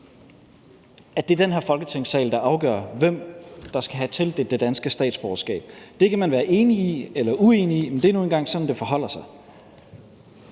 at det er den her Folketingssal, der afgør, hvem der skal have tildelt det danske statsborgerskab. Det kan man være enig i eller uenig i, men det er nu engang sådan, det forholder sig.